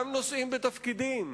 גם נושאים בתפקידים,